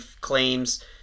claims